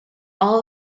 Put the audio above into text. all